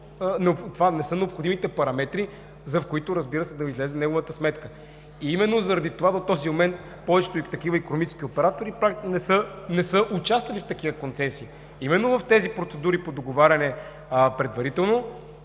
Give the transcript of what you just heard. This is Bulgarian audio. това не са необходимите параметри, с които да излезе неговата сметка. И именно заради това до този момент повечето такива икономически оператори пак не са участвали в такива концесии. Именно в тези процедури по предварително